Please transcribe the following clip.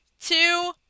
two